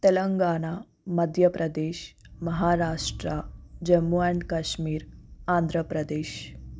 Telangana Madhya Pradesh Maharashtra Jammu and Kashmir Andhra Pradesh